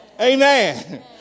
Amen